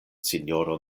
sinjoro